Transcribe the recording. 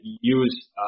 use